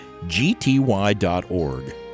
gty.org